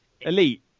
elite